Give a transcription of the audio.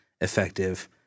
effective